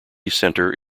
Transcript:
centre